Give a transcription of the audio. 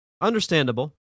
Understandable